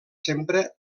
sempre